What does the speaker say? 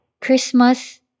Christmas